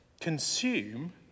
Consume